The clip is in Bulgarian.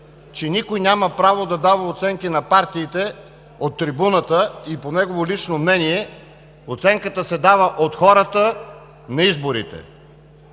че никой няма право да дава оценки на партиите от трибуната по негово лично мнение. Оценката се дава от хората на изборите.